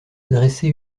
adresser